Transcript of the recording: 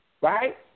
right